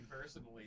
personally